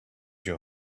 your